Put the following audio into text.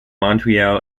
montreal